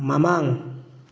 ꯃꯃꯥꯡ